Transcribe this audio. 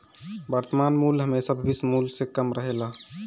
वर्तमान मूल्य हेमशा भविष्य मूल्य से कम रहेला